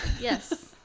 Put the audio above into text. Yes